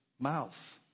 mouth